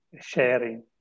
sharing